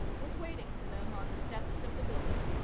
was waiting for them on the steps of the building.